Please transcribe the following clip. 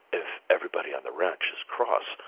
if everybody on the ranch is cross,